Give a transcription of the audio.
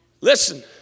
Listen